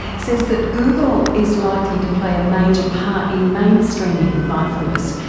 says that google is likely to play a major part in mainstreaming mindfulness.